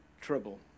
trouble